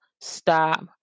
stop